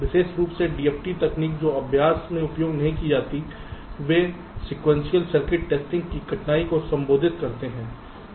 विशेष रूप से DFT तकनीक जो अभ्यास में उपयोग की जाती हैं वे अ सीक्वेंशियल सर्किट टेस्टिंग की कठिनाई को संबोधित करते हैं